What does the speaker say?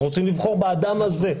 אנחנו רוצים לבחור באדם הזה.